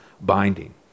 binding